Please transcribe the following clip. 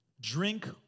Drink